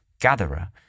gatherer